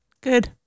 Good